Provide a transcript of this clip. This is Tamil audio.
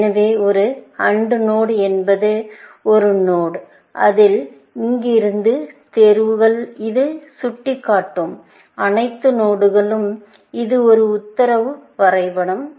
எனவே ஒரு AND நோடு என்பது ஒரு நோடு அதில் இருந்து தேர்வுகள் அது சுட்டிக்காட்டும் அனைத்து நோடுகளும் இது ஒரு உத்தரவு வரைபடம்